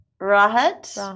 Rahat